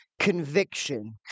conviction